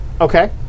Okay